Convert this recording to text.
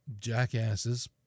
jackasses